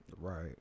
Right